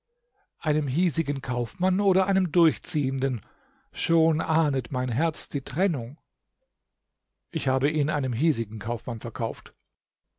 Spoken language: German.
einem hiesigen kaufmann oder einem durchziehenden schon ahnet mein herz die trennung ich habe ihn einem hiesigen kaufmann verkaufte